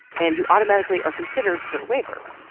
and you automatically are considered for a waiver.